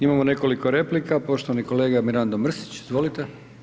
Imamo nekoliko replika, poštovani kolega Mirando Mrsić, izvolite.